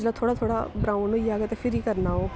जेल्लै थोह्ड़ा थोह्ड़ा ब्राउन होई जा ते फिरी करना ओह्